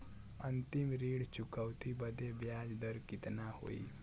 अंतिम ऋण चुकौती बदे ब्याज दर कितना होई?